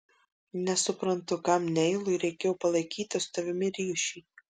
nesuprantu kam neilui reikėjo palaikyti su tavimi ryšį